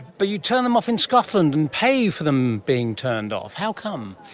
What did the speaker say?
but you turn them off in scotland and pay for them being turned off. how come?